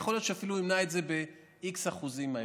יכול להיות שהוא אולי ימנע את זה ב-x אחוזים אבל